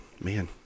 Man